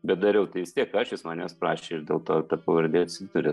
bet dariau tai vis tiek aš jis manęs prašė ir dėl to ta pavardė atsiduria